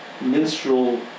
minstrel